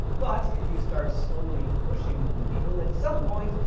but if you start slowly pushing on the needle, at some point,